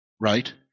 right